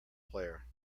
player